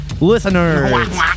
listeners